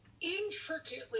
intricately